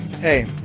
Hey